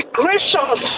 gracious